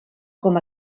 com